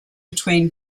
between